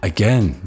Again